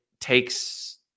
takes